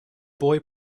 boy